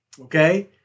Okay